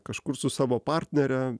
kažkur su savo partnere